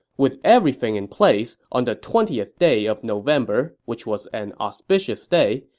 with everything in place, on the twentieth day of november, which was an auspicious day,